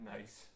Nice